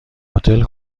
هتل